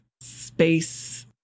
space